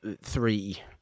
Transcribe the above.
three